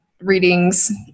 readings